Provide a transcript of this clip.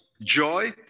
joy